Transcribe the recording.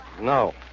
No